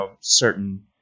certain